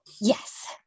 yes